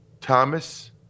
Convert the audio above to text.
Thomas